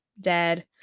dead